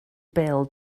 bêl